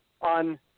on